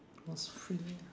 was free